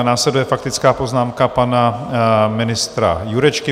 Následuje faktická poznámka pana ministra Jurečky.